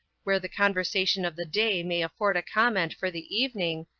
where the conversation of the day may afford comment for the evening,